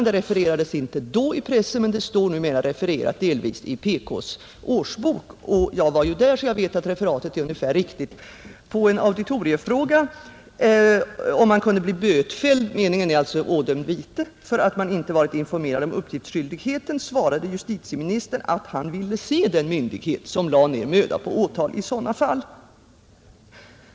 Det refererades inte då i pressen men det står numera refererat delvis i PK:s årsbok. Jag var där, så jag vet att referatet är ungefär riktigt. På en auditoriefråga om man kunde bli bötfälld — meningen är alltså ådömd vite — för att man inte varit informerad om uppgiftsskyldigheten svarade justitieministern att han ville se den myndighet som lade ned möda på åtal i sådana fall.